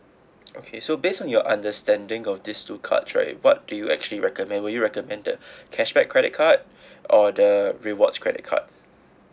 okay so based on your understanding of these two card right what do you actually recommend will you recommend the cashback credit card or the rewards credit card